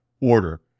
order